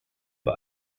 war